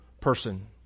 person